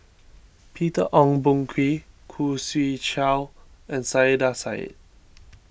Peter Ong Boon Kwee Khoo Swee Chiow and Saiedah Said